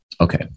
Okay